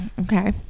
Okay